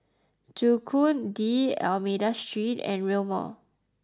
Joo Koon D'almeida Street and Rail Mall